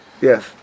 Yes